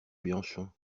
bianchon